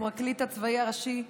הפרקליט הצבאי הראשי,